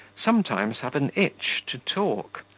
sometimes have an itch to talk.